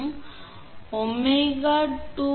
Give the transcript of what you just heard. எனவே 𝜔 என்பது 2